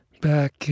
back